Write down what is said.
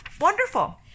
Wonderful